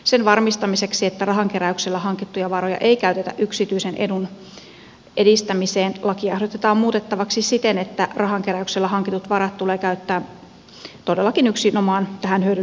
sen varmistamiseksi että rahankeräyksellä hankittuja varoja ei käytetä yksityisen edun edistämiseen lakia ehdotetaan muutettavaksi siten että rahankeräyksellä hankitut varat tulee käyttää todellakin yksinomaan tähän yleishyödylliseen tarkoitukseen